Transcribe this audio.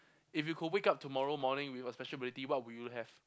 if you could wake up tomorrow morning with a special ability what would you have